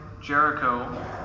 Jericho